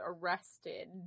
arrested